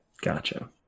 Gotcha